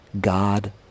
God